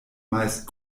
meist